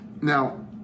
Now